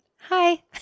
Hi